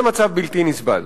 זה מצב בלתי נסבל.